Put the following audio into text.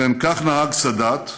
ובכן, כך נהג סאדאת,